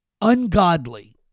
ungodly